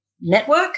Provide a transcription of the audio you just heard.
Network